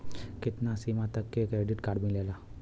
कितना सीमा तक के क्रेडिट कार्ड मिलेला?